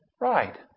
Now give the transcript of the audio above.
Right